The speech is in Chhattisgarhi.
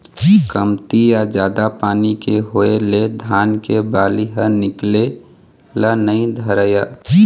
कमती या जादा पानी के होए ले धान के बाली ह निकले ल नइ धरय